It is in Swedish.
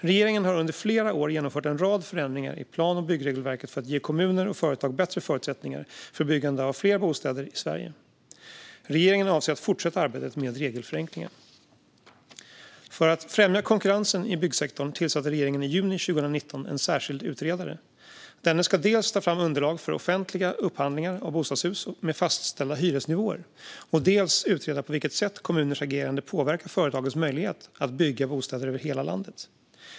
Regeringen har under flera år genomfört en rad förändringar i plan och byggregelverket för att ge kommuner och företag bättre förutsättningar för byggande av fler bostäder i Sverige. Regeringen avser att fortsätta arbetet med regelförenklingar. För att främja konkurrensen i byggsektorn tillsatte regeringen i juni 2019 en särskild utredare. Denne ska dels ta fram underlag för offentliga upphandlingar av bostadshus med fastställda hyresnivåer, dels utreda på vilket sätt kommuners agerande påverkar företagens möjlighet att bygga bostäder över hela landet.